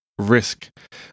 risk